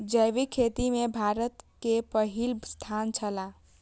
जैविक खेती में भारत के पहिल स्थान छला